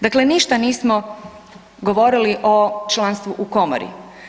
Dakle, ništa nismo govorili o članstvu u komori.